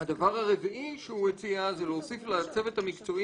הדבר הרביעי שהוא הציע הוא להוסיף לצוות המקצועי